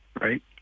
right